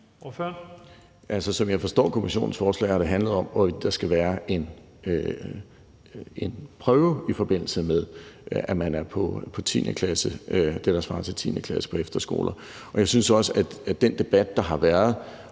Som jeg forstår kommissionens forslag, har det handlet om, hvorvidt der skal være en prøve, i forbindelse med at man er på det, der svarer til 10. klasse på efterskoler. Jeg synes også, at den debat, der har været,